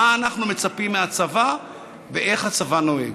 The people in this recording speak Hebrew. מה אנחנו מצפים מהצבא ואיך הצבא נוהג.